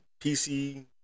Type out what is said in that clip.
PC